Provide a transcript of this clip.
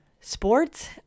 sports